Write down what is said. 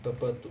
purple to